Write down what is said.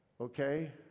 Okay